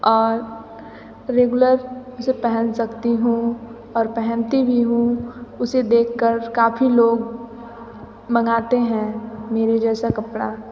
और रेगुलर उसे पहन सकती हूँ और पहनती भी हूँ उसे देखकर काफ़ी लोग मंगाते हैं मेरे जैसा कपड़ा